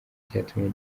cyatumye